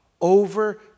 over